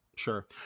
sure